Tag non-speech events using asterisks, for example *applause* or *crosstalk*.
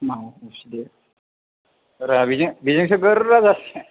*unintelligible* बेजों बेजोंसो गोरा जासिगोन